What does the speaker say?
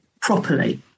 properly